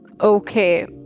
Okay